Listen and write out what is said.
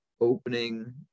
opening